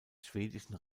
schwedischen